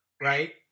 right